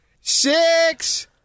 Six